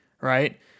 right